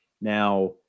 Now